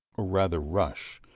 or rather rush,